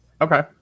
Okay